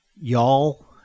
Y'all